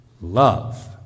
Love